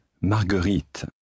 Marguerite